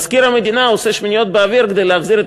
מזכיר המדינה עושה שמיניות באוויר כדי להחזיר את